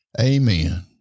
Amen